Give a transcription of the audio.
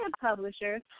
publishers